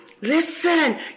Listen